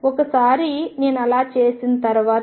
ఒకసారి నేను అలా చేసిన తర్వాత